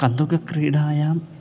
कन्दुक क्रीडायाम्